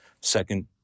second